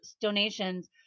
donations